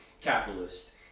capitalist